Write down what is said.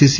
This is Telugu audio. సిసి